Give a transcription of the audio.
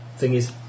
thingies